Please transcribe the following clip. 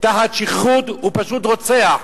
תחת שכרות הוא פשוט רוצח,